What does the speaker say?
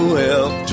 help